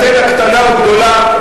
אנטנה קטנה או גדולה,